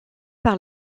par